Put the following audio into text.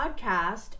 podcast